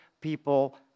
people